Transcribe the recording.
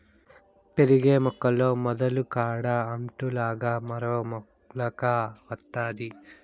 పెరిగే మొక్కల్లో మొదలు కాడ అంటు లాగా మరో మొలక వత్తాది